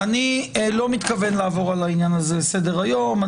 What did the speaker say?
אני לא מתכוון לעבור על העניין הזה לסדר היום.